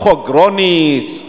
בחוק גרוניס,